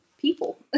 people